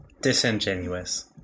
disingenuous